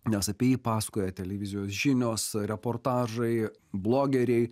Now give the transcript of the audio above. nes apie jį pasakoja televizijos žinios reportažai blogeriai